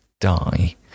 die